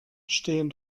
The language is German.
stehen